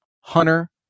Hunter